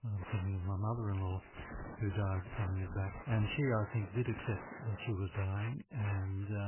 i'm thinking of my mother-in-law who died some years back, and she i think, did accept that she was dying, and